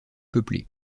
peuplé